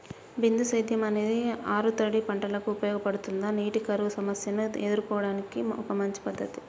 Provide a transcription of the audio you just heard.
బిందు సేద్యం అనేది ఆరుతడి పంటలకు ఉపయోగపడుతుందా నీటి కరువు సమస్యను ఎదుర్కోవడానికి ఒక మంచి పద్ధతి?